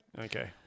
Okay